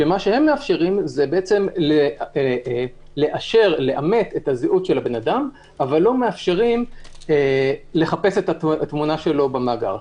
שמאפשרים לאמת את זהות האדם אבל לא מאפשרים לחפש את התמונה שלו במאגר.